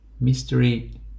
Mystery